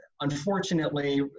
unfortunately